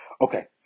Okay